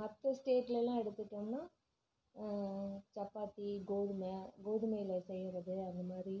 மற்ற ஸ்டேட்லேயெல்லாம் எடுத்துட்டோம்ன்னால் சப்பாத்தி கோதுமையாக கோதுமையில் செய்கிறது அந்தமாதிரி